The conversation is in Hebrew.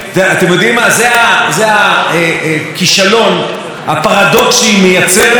הפרדוקס שהיא מייצרת לנו כחברי כנסת וכאנשים שאכפת להם.